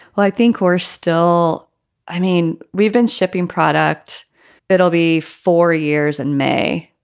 well, i think we're still i mean, we've been shipping product that'll be for years and may,